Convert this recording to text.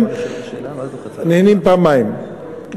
הם נהנים פעמיים,